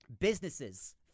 Businesses